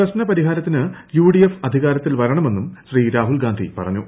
പ്രശ്നപരിഹാരത്തിന് U D F അധികാരത്തിൽ വരണമെന്നും ശ്രീ രാഹുൽ ഗാന്ധി പറഞ്ഞു